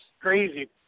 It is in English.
crazy